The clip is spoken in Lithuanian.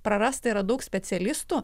prarasta yra daug specialistų